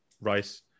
rice